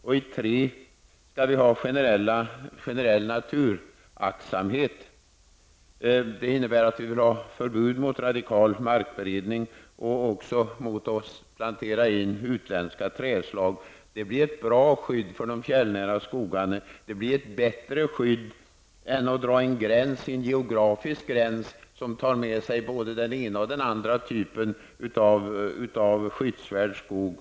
I den tredje skyddsklassen skall vi ha generell naturaktsamhet. Det innebär att vi vill ha förbud mot radikal markberedning och mot att plantera in utländska trädslag. Det blir ett bra skydd för de fjällnära skogarna. Det blir ett bättre skydd än att dra en geografisk gräns, som drar med sig både den ena och den andra typen av skyddsvärd skog.